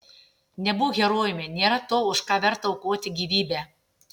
nebūk herojumi nėra to už ką verta aukoti gyvybę